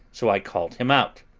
so i called him out.